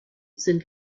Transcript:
sind